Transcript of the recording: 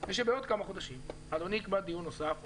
שבעוד כמה חודשים אדוני יקבע דיון נוסף,